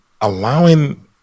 allowing